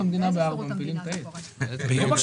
הסבר בבקשה?